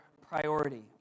priority